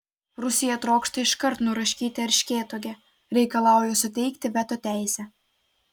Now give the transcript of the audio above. rusija trokšta iškart nuraškyti erškėtuogę reikalauja suteikti veto teisę